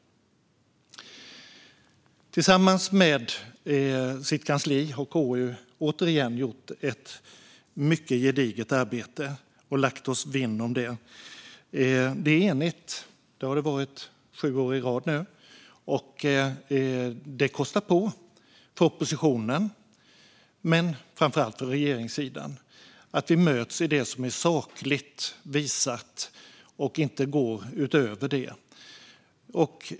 Tillsammans med kansliet har vi i KU återigen gjort ett mycket gediget arbete och lagt oss vinn om det. Betänkandet är enigt. Det har det varit sju år i rad nu. Detta kostar på för oppositionen, men framför allt för regeringssidan - vi möts i det som är sakligt visat och går inte utöver det.